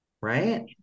Right